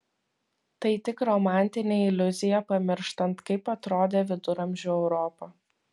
tai tik romantinė iliuzija pamirštant kaip atrodė viduramžių europa